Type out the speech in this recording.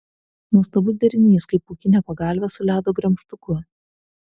nuostabus derinys kaip pūkinė pagalvė su ledo gremžtuku